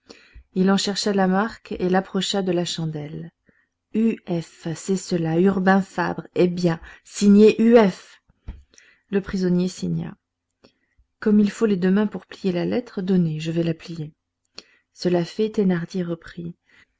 il en chercha la marque et l'approcha de la chandelle u f c'est cela urbain fabre eh bien signez u f le prisonnier signa comme il faut les deux mains pour plier la lettre donnez je vais la plier cela fait thénardier reprit